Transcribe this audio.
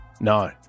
No